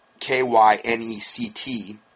KYNECT